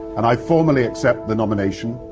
and i formally accept the nomination,